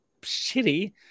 shitty